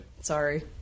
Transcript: Sorry